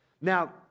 Now